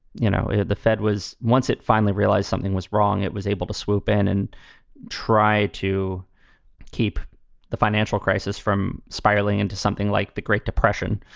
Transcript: you know, the fed was once it finally realized something was wrong, it was able to swoop in and try to keep the financial crisis from spiraling into something like the great depression.